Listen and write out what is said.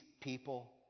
people